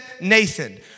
Nathan